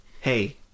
hey